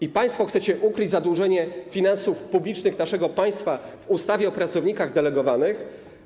I państwo chcecie ukryć zadłużenie finansów publicznych naszego państwa w ustawie o pracownikach delegowanych?